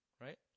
Right